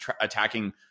attacking